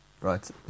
right